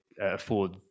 afford